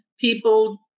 people